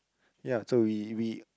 ya so we we